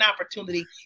opportunity